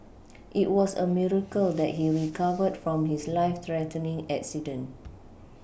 it was a miracle that he recovered from his life threatening accident